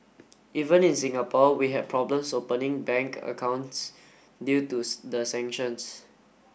even in Singapore we had problems opening bank accounts due to the sanctions